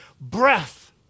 breath